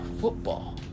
football